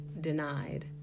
denied